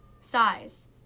size